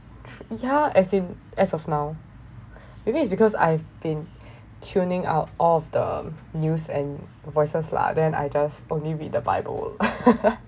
yeah as in as of now maybe it's because I've been tuning out all of the news and voices lah then I just only read the bible